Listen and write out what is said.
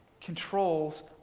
controls